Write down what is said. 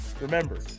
Remember